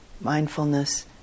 mindfulness